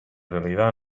realidad